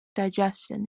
digestion